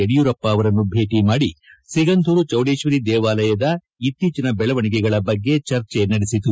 ಯಡಿಯೂರಪ್ಪ ಅವರನ್ನು ಭೇಟಿ ಮಾಡಿ ಸಿಗಂಧೂರು ಚೌಡೇಶ್ವರಿ ದೇವಾಲಯದ ಇತ್ತೀಚಿನ ಬೆಳವಣಿಗೆಗಳ ಬಗ್ಗೆ ಚರ್ಚೆ ನಡೆಸಿತು